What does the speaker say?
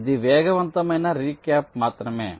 ఇది వేగవంతమైన రీక్యాప్ మాత్రమే